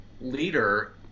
leader